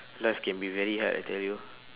life can be very hard I tell you